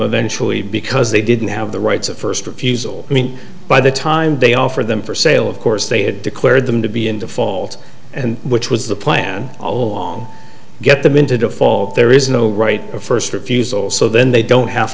eventually because they didn't have the rights of first refusal i mean by the time they offer them for sale of course they had declared them to be in default and which was the plan all along get them into default there is no right of first refusal so then they don't have